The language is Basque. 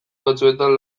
batzuetan